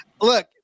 Look